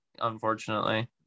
unfortunately